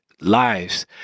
lives